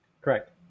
Correct